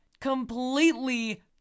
completely